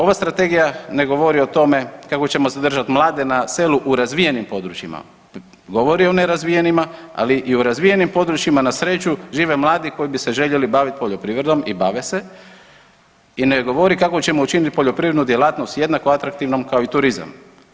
Ova Strategija ne govori o tome kako ćemo zadržati mlade na selu u razvijenim područjima, govori o nerazvijenima, ali i o razvijenim područjima, na sreću, žive mladi koji bi se željeli baviti poljoprivredom i bave se i ne govori kako ćemo učiniti poljoprivrednu djelatnost jednako atraktivnom kao i turizam.